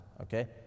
okay